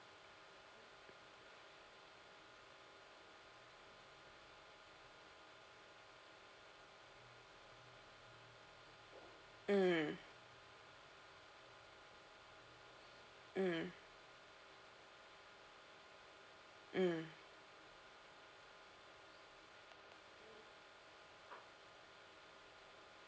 mm mm mm